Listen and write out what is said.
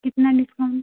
कितना डिस्काउन्ट